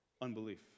unbelief